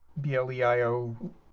BLEIO